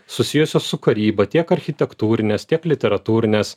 susijusios su karyba tiek architektūrinės tiek literatūrinės